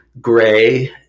gray